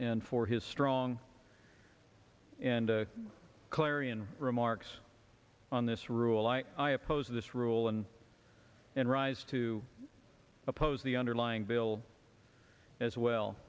and for his strong and clarion remarks on this rule i oppose this rule and and rise to oppose the underlying bill as well